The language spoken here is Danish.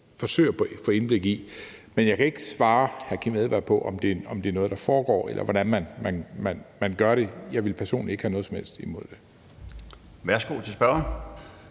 forsøge at få indblik i. Men jeg kan ikke svare hr. Kim Edberg Andersen på, om det er noget, der foregår, eller hvordan man gør det. Jeg ville personligt ikke have noget som helst imod det.